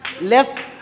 left